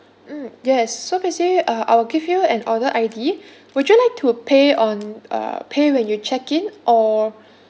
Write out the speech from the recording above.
mm yes so basically uh I'll give you an order I_D would you like to pay on uh pay when you check in or